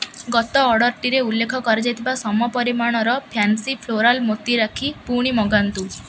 ଗତ ଅର୍ଡ଼ର୍ଟିରେ ଉଲ୍ଲେଖ କରାଯାଇଥିବା ସମ ପରିମାଣର ଫ୍ୟାନ୍ସି ଫ୍ଲୋରାଲ୍ ମୋତି ରାକ୍ଷୀ ପୁଣି ମଗାନ୍ତୁ